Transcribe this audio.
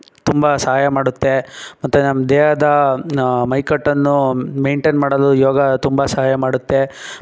ತುಂಬ ಸಹಾಯ ಮಾಡುತ್ತೆ ಮತ್ತು ನಮ್ಮ ದೇಹದ ಮೈಕಟ್ಟನ್ನು ಮೇಂಟೇನ್ ಮಾಡಲು ಯೋಗ ತುಂಬ ಸಹಾಯ ಮಾಡುತ್ತೆ